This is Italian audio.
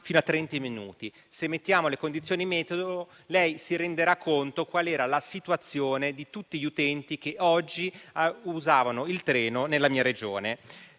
fino a trenta minuti. Se consideriamo le condizioni meteo, lei si renderà conto di qual era la situazione di tutti gli utenti che oggi usavano il treno nella mia Regione.